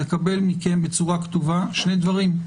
לקבל מכם בצורה כתובה שני דברים: